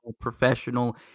professional